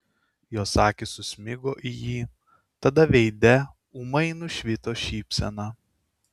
jos akys susmigo į jį tada veide ūmai nušvito šypsena